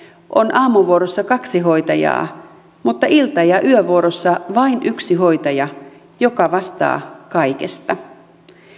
on aamuvuorossa kaksi hoitajaa mutta ilta ja yövuorossa vain yksi hoitaja joka vastaa kaikesta